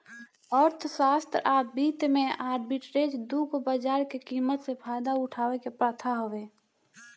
अर्थशास्त्र आ वित्त में आर्बिट्रेज दू गो बाजार के कीमत से फायदा उठावे के प्रथा हवे